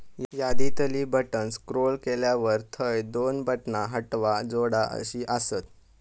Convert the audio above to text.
यादीतली button scroll केल्यावर थंय दोन बटणा हटवा, जोडा अशी आसत